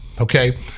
okay